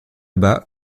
bas